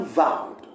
vowed